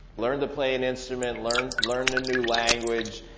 learn to play an instrument, learn learn a new language,